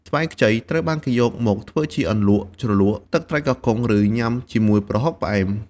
ស្វាយខ្ចីត្រូវបានគេយកមកធ្វើជាអន្លក់ជ្រលក់ទឹកត្រីកោះកុង ឬញ៉ាំជាមួយប្រហុកផ្អែម។